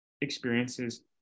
experiences